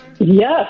Yes